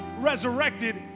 resurrected